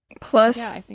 Plus